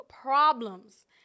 problems